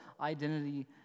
identity